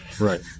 right